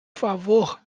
favor